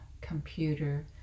computer